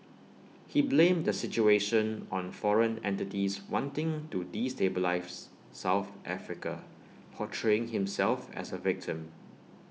he blamed the situation on foreign entities wanting to destabilise south Africa portraying himself as A victim